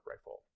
rifle